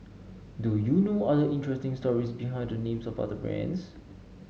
do you know other interesting stories behind the names of other brands